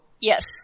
Yes